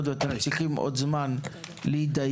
התקדמות ואתם צריכים עוד זמן להתדיין